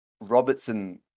Robertson